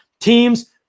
Teams